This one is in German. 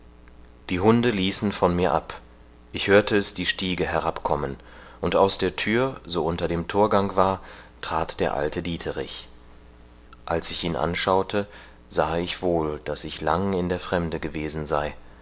die hunde ließen von mir ab ich hörte es die stiege herabkommen und aus der thür so unter dem thorgang war trat der alte dieterich als ich ihn anschaute sahe ich wohl daß ich lang in der fremde gewesen sei